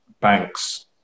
banks